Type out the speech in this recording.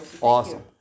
awesome